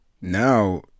Now